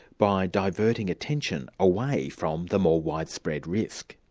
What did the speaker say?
by diverting attention away from the more widespread risk.